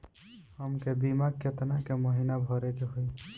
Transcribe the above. हमके बीमा केतना के महीना भरे के होई?